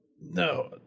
No